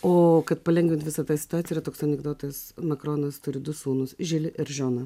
o kad palengvinti visą tą situaciją toks anekdotas makronas turi du sūnus žilį ir džoną